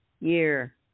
year